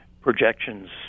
projections